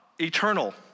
eternal